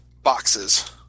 boxes